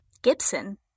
Gibson